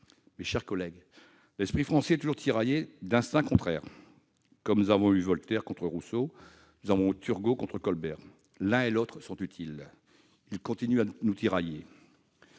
Mes chers collègues, l'esprit français est toujours tiraillé entre des instincts contraires. Comme nous avons eu Voltaire contre Rousseau, nous avons eu Turgot contre Colbert. L'un et l'autre peuvent nous inspirer